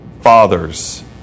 fathers